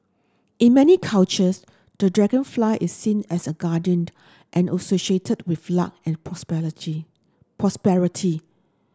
in many cultures the dragonfly is seen as a guardian and associated with luck and prosperity